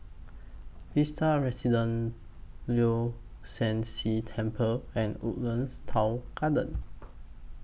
Vista Residences Leong San See Temple and Woodlands Town Garden